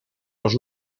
los